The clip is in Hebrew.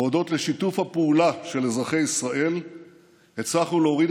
והודות לשיתוף הפעולה של אזרחי ישראל הצלחנו להוריד